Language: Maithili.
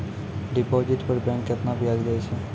डिपॉजिट पर बैंक केतना ब्याज दै छै?